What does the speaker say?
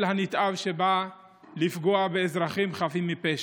הנתעב שבא לפגוע באזרחים חפים מפשע.